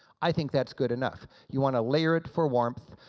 i think that's good enough. you want to layer it for warmth.